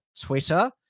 Twitter